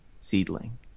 seedling